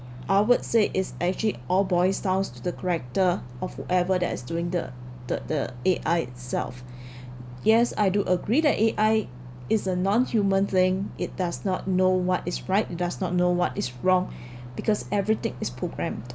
I would say is actually all boils down to the character of whoever that is doing the the the A_I itself yes I do agree that A_I is a non-human thing it does not know what is right it does not know what is wrong because everything is programmed